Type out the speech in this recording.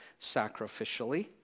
sacrificially